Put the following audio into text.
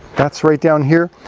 that's right down here,